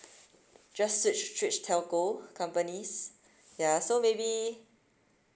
just switch switch telco companies ya so maybe